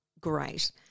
great